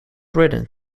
written